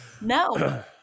No